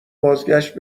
بازگشت